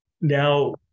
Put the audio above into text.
Now